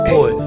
Boy